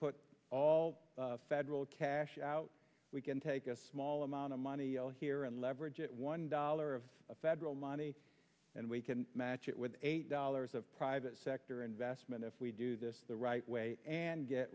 put all federal cash out we can take a small amount of money all here and leverage it one dollar of federal money and we can match it with eight dollars of private sector investment if we do this the right way and get